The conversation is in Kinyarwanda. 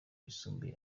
yisumbuye